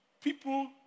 people